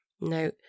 now